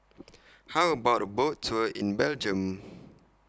How about A Boat Tour in Belgium